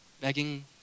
begging